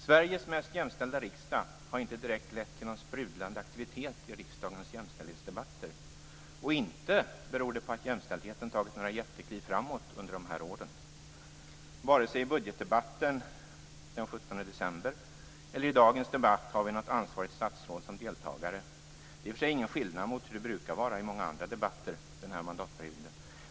Sveriges mest jämställda riksdag har inte direkt lett till någon sprudlande aktivitet i riksdagens jämställdhetsdebatter, och det beror inte på att jämställdheten tagit några jättekliv framåt under de här åren. Vare sig i budgetdebatten den 17 december eller i dagens debatt har vi något ansvarigt statsråd som deltagare. Det är givetvis ingen skillnad mot hur det brukat vara i många andra debatter den här mandatperioden.